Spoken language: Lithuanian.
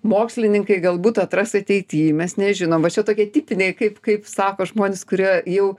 mokslininkai galbūt atras ateitį mes nežinom va čia tokie tipiniai kaip kaip sako žmonės kurie jau